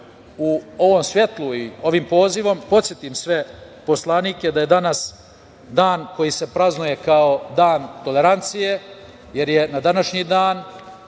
u ovom svetlu i ovim pozivom podsetim sve poslanike da je danas dan koji se praznuje kao Dan tolerancije, jer je na današnji dan